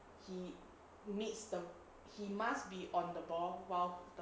he meets the he must be on the ball while